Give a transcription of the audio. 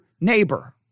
neighbor